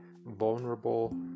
vulnerable